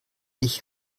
ich